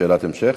שאלת המשך?